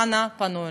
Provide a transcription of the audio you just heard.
ואנא, פנו אלינו.